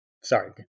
Sorry